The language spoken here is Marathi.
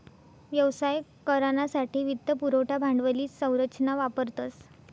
व्यवसाय करानासाठे वित्त पुरवठा भांडवली संरचना वापरतस